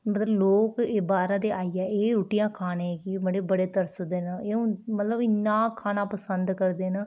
मतलब लोक बाह्रा दा आइयै एह् रुट्टियां खाने गी मड़ो बड़े तरसदे न एह् मतलब इन्ना खाना पसंद करदे न